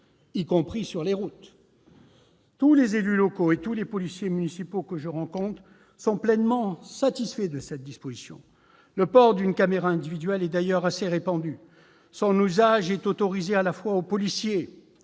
y compris sur les routes. Tous les élus locaux et tous les policiers municipaux que je rencontre sont pleinement satisfaits de cette disposition. Le port d'une caméra individuelle est d'ailleurs assez répandu. Il est autorisé à la fois pour les policiers,